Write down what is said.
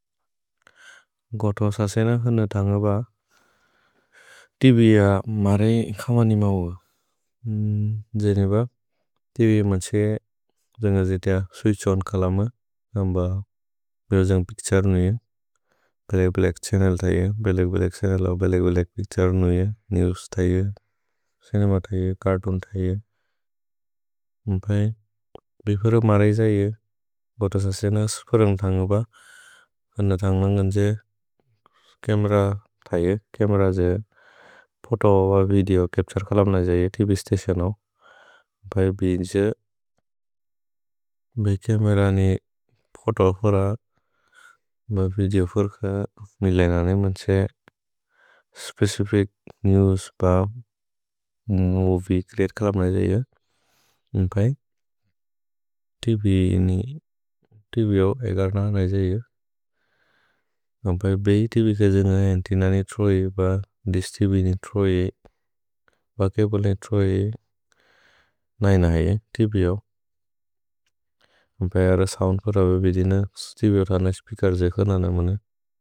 गोत स सेन क्सन थन्ग ब तिबि य मरै क्सम निमौअ। जे नेब तिबि य मन्क्सिअ जन्ग जेतिअ सुइछोन् कल म, जन्ग ब बेल जन्ग् पिच्तुरे नुइअ। भेले बेलेक् छन्नेल् थ इअ, black black channel. भेलेक् black picture नुइअ, नेव्स् थ इअ, चिनेम थ इअ, चर्तून् थ इअ। भेफोरे मरै ज इअ, गोत स सेन स्पुरन्ग् थन्ग ब, कन्न थन्ग लन्गन् जे चमेर थ इअ। छमेर जे फोतो ब विदेओ चप्तुरे कल म न ज इअ तिबि स्ततिओनौ। न्पए बिन्ज बे चमेर ने फोतो फोर ब विदेओ फोर क निलेन ने मन्क्सिअ। स्पेचिफिच् नेव्स् ब मोविए च्रेअते कल म न ज इअ। न्पए तिबि नि, तिबि औ एगन न न ज इअ, न्पए बेहि तिबि क जन जन्तिन ने त्रोइ ब दिस् तिबि ने त्रोइ। भके बोले त्रोइ, नै नै तिबि औ। भेहर सोउन्द् ब रबे बिदे ने तिबि और् अनज् स्पेअकेर् जेक न ने मने।